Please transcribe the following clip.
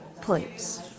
please